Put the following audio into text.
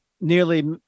nearly